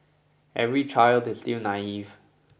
every child is still naive